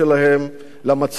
למצב במפעל?